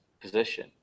position